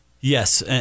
Yes